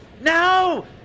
No